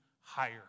higher